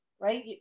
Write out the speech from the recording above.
right